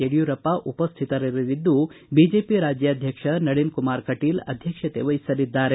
ಯಡಿಯೂರಪ್ಪ ಉಪಸ್ಥಿತರಿರಲಿದ್ದು ಬಿಜೆಪಿ ರಾಜ್ಯಾಧ್ಯಕ್ಷರಾದ ನಳಿನ್ ಕುಮಾರ್ ಕಟೀಲ್ ಅಧ್ವಕ್ಷತೆ ವಹಿಸಲಿದ್ದಾರೆ